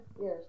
Yes